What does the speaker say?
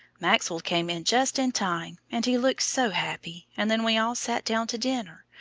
maxwell came in just in time, and he looked so happy, and then we all sat down to dinner,